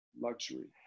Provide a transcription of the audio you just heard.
luxury